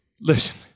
listen